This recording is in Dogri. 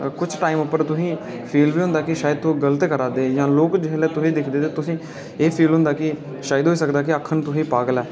कुछ टाइम उप्पर तुसें गी फील हुंदा कि शायद तुस गलत करै दे ओ लोक जिसलै तुसें गी दिखदे न तां तुसें गी एह् फील हुंदा कि शायद होई सकदा ऐ कि आखन तुसें गी एह् पागल ऐ